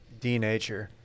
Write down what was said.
Denature